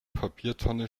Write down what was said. papiertonne